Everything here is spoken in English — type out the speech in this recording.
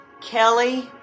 Kelly